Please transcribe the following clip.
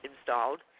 installed